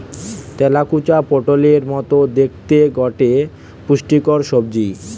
তেলাকুচা পটোলের মতো দ্যাখতে গটে পুষ্টিকর সবজি